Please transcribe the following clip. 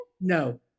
No